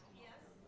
yes